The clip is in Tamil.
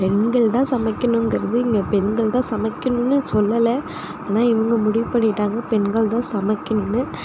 பெண்கள் தான் சமைக்கணுங்கிறது இங்கே பெண்கள் தான் சமைக்கணும்னு சொல்லலை ஆனால் இவங்க முடிவு பண்ணிட்டாங்க பெண்கள் தான் சமைக்கணும்னு